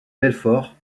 belfort